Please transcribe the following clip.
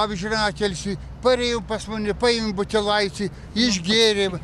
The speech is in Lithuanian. amžinatilsį parėjom pas mane paėmėm butelaitį išgėrėm